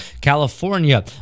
california